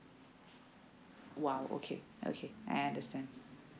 !wow! okay okay I understand